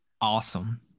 awesome